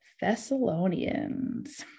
Thessalonians